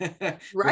Right